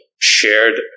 shared